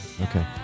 Okay